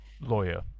lawyer